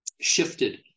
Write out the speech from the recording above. shifted